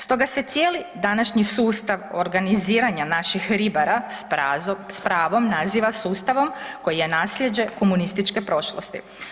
Stoga se cijeli današnji sustav organiziranja naših ribara s pravom naziva sustavom koji je naslijeđe komunističke prošlosti.